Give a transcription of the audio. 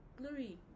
glory